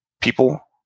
people